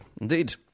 indeed